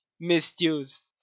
misused